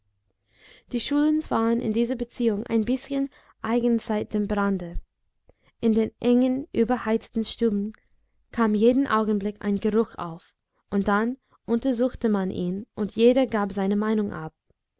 die schulins waren in dieser beziehung ein bißchen eigen seit dem brande in den engen überheizten stuben kam jeden augenblick ein geruch auf und dann untersuchte man ihn und jeder gab seine meinung ab